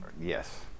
Yes